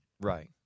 Right